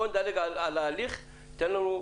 בוא נדלג על ההליך ותן לנו,